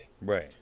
right